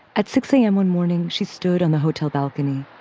at six a m. one morning, she stood on the hotel balcony.